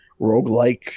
roguelike